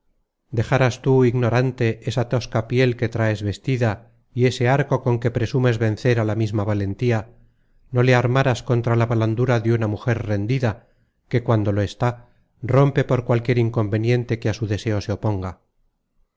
dejaras tú ignorante esa tosca piel que traes vestida y ese arco con que presumes vencer a la misma valentía no le armaras contra la blandura de una mujer rendida que cuando lo está rompe por cualquier inconveniente que a su deseo se oponga